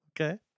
Okay